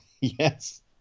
Yes